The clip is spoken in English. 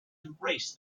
embrace